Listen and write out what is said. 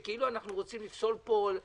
שכאילו אנחנו רוצים לפסול פה,